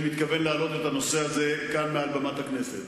מתכוון להעלות את הנושא הזה כאן מעל במת הכנסת.